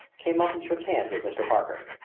came up and shook hands with mr. parker.